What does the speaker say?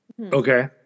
Okay